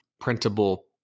printable